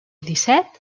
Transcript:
disset